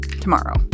tomorrow